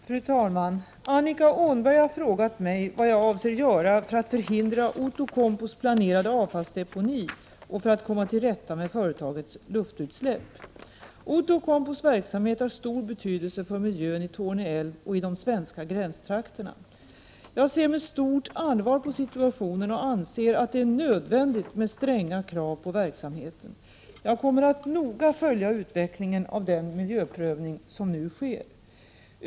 Fru talman! Annika Åhnberg har frågat mig vad jag avser göra för att förhindra Outokumpus planerade avfallsdeponi och för att komma till rätta med företagets luftutsläpp. Outokumpus verksamhet har stor betydelse för miljön i Torneälven och i de svenska gränstrakterna. Jag ser med stort allvar på situationen och anser att det är nödvändigt med stränga krav på verksamheten. Jag kommer att noga följa utvecklingen av den miljöprövning som nu sker.